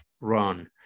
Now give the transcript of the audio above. run